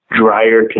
drier